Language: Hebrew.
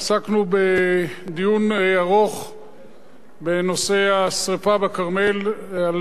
בנושא השרפה בכרמל ובדוח המבקר היוצא מיכה לינדנשטראוס.